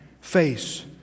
face